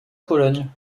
pologne